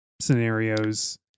scenarios